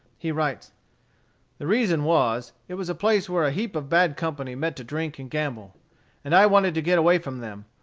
he writes the reason was, it was a place where a heap of bad company met to drink and gamble and i wanted to get away from them,